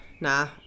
nah